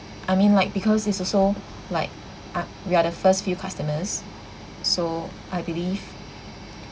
I mean like because it's also like are we are the first few customers so I believe